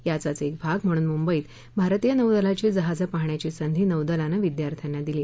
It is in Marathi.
याचाच एक भाग म्हणून मुंबईत भारतीय नौदलाची जहाजं पाहण्याची संधी नौदलानं विद्यार्थ्यांना दिली